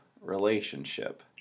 Relationship